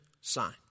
sign